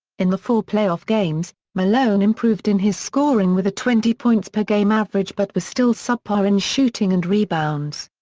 in the four playoff games, malone improved in his scoring with a twenty points per game average but was still subpar in shooting and rebounds.